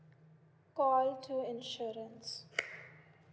call two insurance